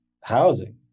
housing